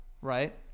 right